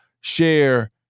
share